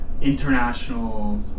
international